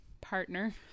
partner